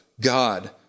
God